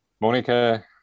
monica